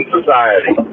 society